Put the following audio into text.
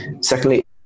Secondly